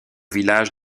village